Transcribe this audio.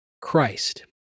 Christ